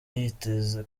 yiteze